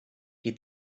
qui